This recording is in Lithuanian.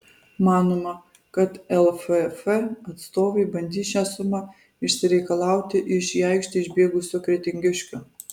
manoma kad lff atstovai bandys šią sumą išsireikalauti iš į aikštę išbėgusio kretingiškio